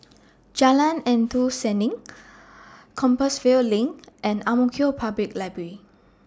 Jalan Endut Senin Compassvale LINK and Ang Mo Kio Public Library